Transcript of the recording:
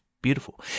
beautiful